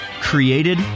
created